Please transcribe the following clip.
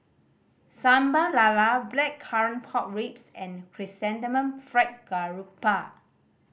Sambal Lala Blackcurrant Pork Ribs and Chrysanthemum Fried Garoupa